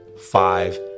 five